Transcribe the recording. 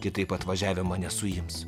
kitaip atvažiavę mane suims